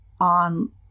on